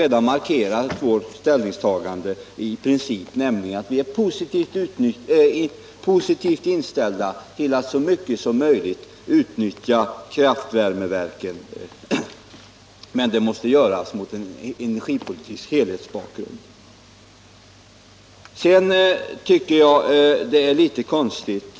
redan markerat vårt principiella ställningstagande, nämligen att vi är positivt inställda till att så mycket som möjligt utnyttja kraftvärmeverken, men det måste göras mot en energipolitisk helhetsbakgrund. Sedan vill jag beröra ett förhållande som jag tycker är litet konstigt.